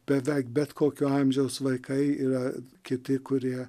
beveik bet kokio amžiaus vaikai yra kiti kurie